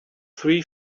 three